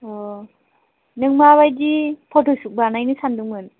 अ नों माबायदि फट'सुट बानायनो सान्दोंमोन